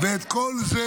ואת כל זה,